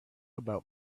about